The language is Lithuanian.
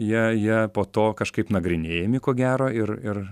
jie jie po to kažkaip nagrinėjami ko gero ir ir